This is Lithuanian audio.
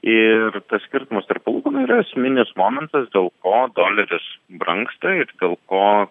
ir tas skirtumas tarp palūkanų yra esminis momentas dėl ko doleris brangsta ir dėl ko